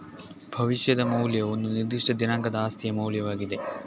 ಭವಿಷ್ಯದ ಮೌಲ್ಯವು ಒಂದು ನಿರ್ದಿಷ್ಟ ದಿನಾಂಕದ ಆಸ್ತಿಯ ಮೌಲ್ಯವಾಗಿದೆ